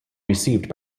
received